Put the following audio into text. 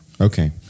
Okay